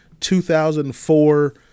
2004